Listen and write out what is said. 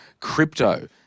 crypto